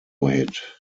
hit